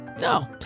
no